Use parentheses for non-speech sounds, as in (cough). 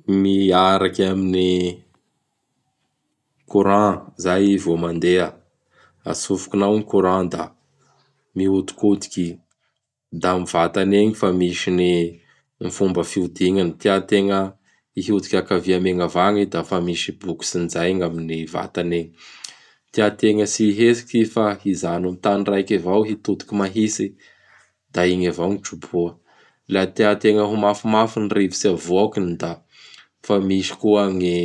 (noise) Miaraky amin' gny courant, zay i vao mandeha. (noise) Atsofikinao gny courant da mihodikodiky i; da amin' gny vatany egny fa misy ny fomba fiodignany. Tiategna hiodiky akavia megnavagna i da fa misy bokotsy an'izay amin' gny vatany egny. (noise) Tiategna tsy hihetsiky i fa hijano amin' gny tany raiky avao hitodiky mahitsy, da igny gny troboha. (noise) Laha tiategna ho mafimafy gny rivotsy aboakiny; da (noise) fa misy koa gny (noise)